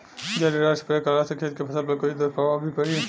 जहरीला स्प्रे करला से खेत के फसल पर कोई दुष्प्रभाव भी पड़ी?